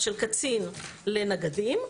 של קצין לנגדים.